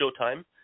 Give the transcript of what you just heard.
Showtime